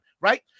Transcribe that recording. right